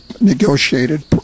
negotiated